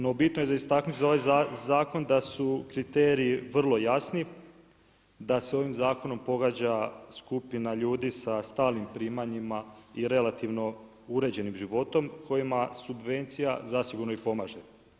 No bitno je za istaknuti za ovaj zakon da su kriteriji vrlo jasni da se ovim zakonom pogađa skupina ljudi sa stalnim primanjima i relativno uređenim životom kojima subvencija zasigurno i pomaže.